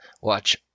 watch